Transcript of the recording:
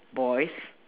boys